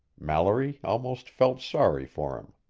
mallory almost felt sorry for him.